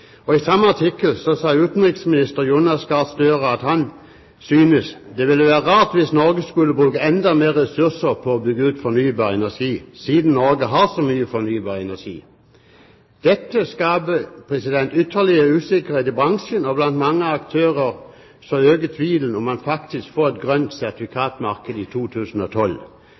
I samme artikkel sa utenriksminister Jonas Gahr Støre at han synes det ville være rart hvis Norge skulle bruke enda mer ressurser på å bygge ut fornybar energi, siden Norge har så mye fornybar energi. Dette skaper ytterligere usikkerhet i bransjen, og blant mange aktører øker tvilen om man faktisk får et grønt sertifikat-marked i 2012.